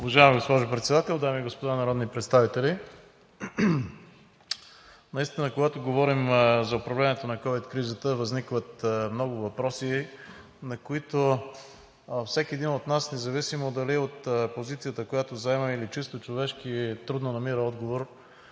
Уважаема госпожо Председател, дами и господа народни представители! Наистина, когато говорим за управлението на ковид кризата, възникват много въпроси, на които всеки един от нас, независимо дали от позицията, която заема, или чисто човешки, трудно намира отговор